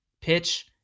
pitch